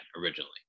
originally